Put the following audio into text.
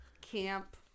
camp